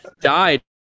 died